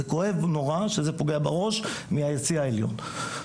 זה כואב נורא כשזה פוגע בראש מהיציע העליון.